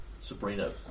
Sabrina